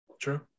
True